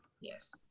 yes